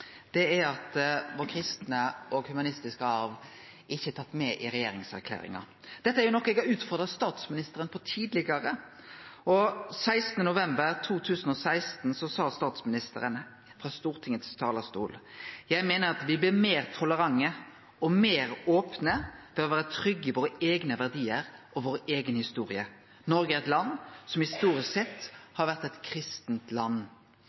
Det er at vår kristne og humanistiske arv ikkje er tatt med i regjeringserklæringa. Dette er noko eg har utfordra statsministeren på tidlegare. 16. november 2016 sa statsministeren frå Stortingets talerstol: «Jeg mener at vi blir mer tolerante og mer åpne ved å være trygge i våre egne verdier og vår egen historie. Norge er et land som historisk sett har vært et kristent land.»